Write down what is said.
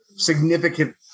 significant